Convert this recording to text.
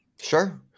Sure